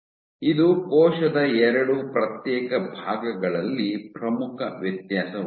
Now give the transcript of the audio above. ಇದು ಕೋಶದ ಎರಡು ಪ್ರತ್ಯೇಕ ಭಾಗಗಳಲ್ಲಿ ಪ್ರಮುಖ ವ್ಯತ್ಯಾಸವಾಗಿದೆ